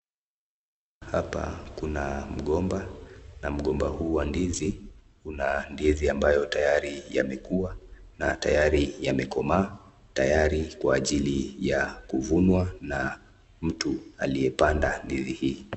Hapa kuna mgomba na mgomba huu wa ndizi una ndizi ambayo tayari yamekua na tayari yamekomaa tayari kwa ajili ya kuvunwa na mtu aliyepanda ndizi hii.